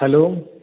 hello